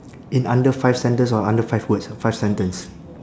in under five sentence or under five words five sentence